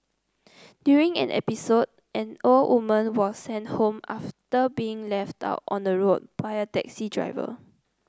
during an episode an old woman was sent home after being left out on the road by a taxi driver